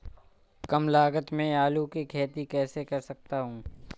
कम लागत में आलू की खेती कैसे कर सकता हूँ?